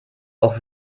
auch